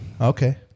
Okay